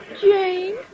Jane